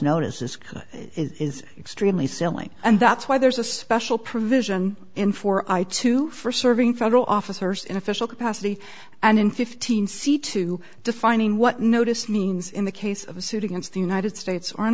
notices it is extremely silly and that's why there's a special provision in for i to for serving federal officers in official capacity and in fifteen c to defining what notice means in the case of a suit against the united